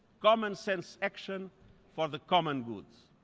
common-sense action for the common good.